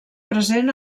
present